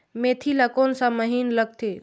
मेंथी ला कोन सा महीन लगथे?